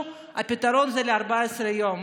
הפתרון זה ל-14 יום.